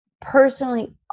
personally